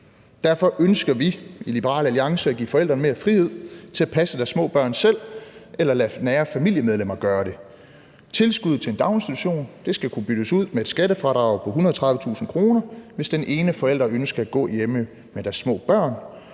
Derfor ønsker vi i Liberal Alliance at give forældrene mere frihed til at passe deres små børn selv eller lade nære familiemedlemmer gøre det. Tilskuddet til en daginstitution skal kunne byttes ud med et skattefradrag på 130.000 kr., hvis den ene forælder ønsker at gå hjemme med deres små børn,